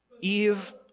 Eve